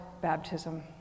baptism